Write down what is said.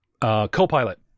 co-pilot